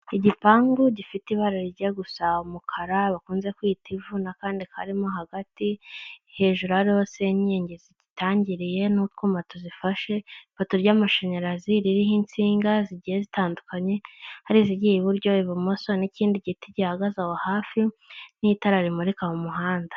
Igipangu gifite ibara rijya gusa umukara bakunze kwita ivu, n'akandi karimo hagati, hejuru hariho senyenge zigitangiriye n'utwuma tuzifashe, ipoto ry'amashanyarazi ririho insinga zigiye zitandukanye ari izigiye iburyo, ibumoso n'ikindi giti gihagaze aho hafi, n'itara rimurika mu muhanda.